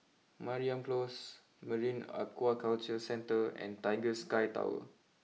Mariam close Marine Aquaculture Centre and Tiger Sky Tower